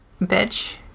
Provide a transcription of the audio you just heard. bitch